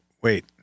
wait